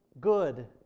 good